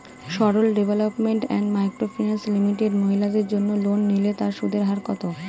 Sarala Development and Micro Finance Limited মহিলাদের জন্য loan নিলে তার সুদের হার কত?